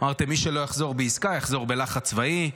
אמרתם: מי שלא יחזור בעסקה יחזור בלחץ צבאי.